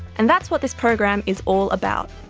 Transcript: and that's what this program is all about.